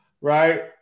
right